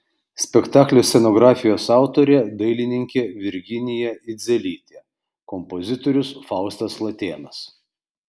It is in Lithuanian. spektaklio scenografijos autorė dailininkė virginija idzelytė kompozitorius faustas latėnas